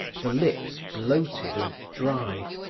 the lips bloated and dry,